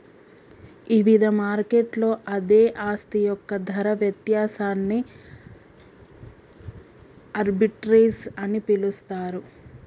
ఇవిధ మార్కెట్లలో అదే ఆస్తి యొక్క ధర వ్యత్యాసాన్ని ఆర్బిట్రేజ్ అని పిలుస్తరు